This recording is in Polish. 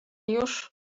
już